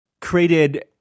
Created